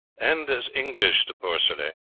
and as english, de porcelet.